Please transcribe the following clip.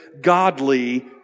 godly